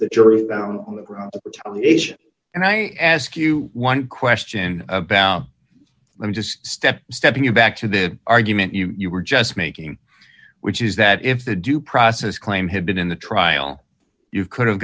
the jury and i ask you one question about let me just step step you back to the argument you you were just making which is that if the due process claim had been in the trial you could have